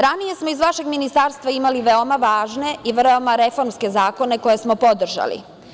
Ranije smo iz vašeg ministarstva imali veoma važne i veoma raformske zakone koje smo podržali.